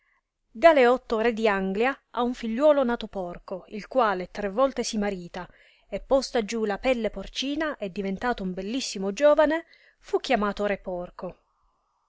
i galeotto re di anglia ha un figliuolo nato porco il quale tre volte si marita e posta giù la pelle porcina e diventato un bellissimo giovane fu chiamato re porco